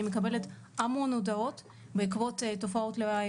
אני מקבלת המון הודעות בעקבות תופעות לוואי